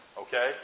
Okay